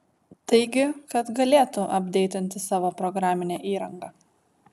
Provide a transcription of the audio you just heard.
taigi kad galėtų apdeitinti savo programinę įranga